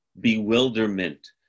bewilderment